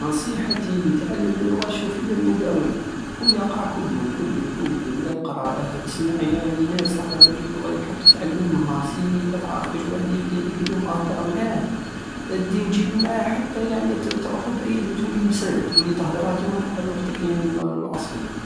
نصيحتي لتعلم اللغة شوف هي المداومة خويا اقرى كل يوم كل يوم اقرى اسمع يعني ناس تهدر بهديك اللغة الي راك حاب تتعلمها سيي ادا تعرف كش واحد يحكي هديك اللغة اهدر معاه ادي وجيب معهاه حتى يعني تروحو بعيد وتولي مسرح تولي تهدرها كيما تهدر لوغتك الاصلية